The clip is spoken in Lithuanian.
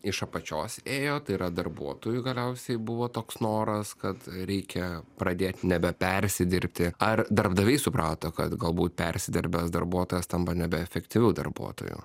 iš apačios ėjo tai yra darbuotojų galiausiai buvo toks noras kad reikia pradėt nebepersidirbti ar darbdaviai suprato kad galbūt persidirbęs darbuotojas tampa nebeefektyviu darbuotoju